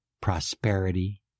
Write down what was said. prosperity